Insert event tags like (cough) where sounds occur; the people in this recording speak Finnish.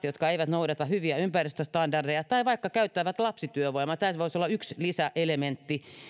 (unintelligible) jotka eivät noudata hyviä ympäristöstandardeja tai vaikka käyttävät lapsityövoimaa tämä voisi olla yksi lisäelementti